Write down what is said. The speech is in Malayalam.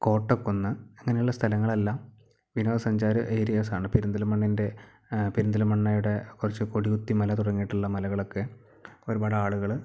കോട്ടക്കുന്ന് അങ്ങനെയുള്ള സ്ഥലങ്ങളെല്ലാം വിനോദസഞ്ചാര എരിയാസ് ആണ് പെരിന്തൽമണ്ണിൻ്റെ പെരിന്തൽമണ്ണയുടെ കുറച്ച് കൊടികുത്തിമല തുടങ്ങിയിട്ടുള്ള മലകളൊക്കെ ഒരുപാട് ആളുകള്